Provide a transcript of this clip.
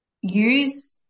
use